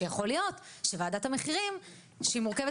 שיכול להיות שוועדת המחירים שהיא מורכבת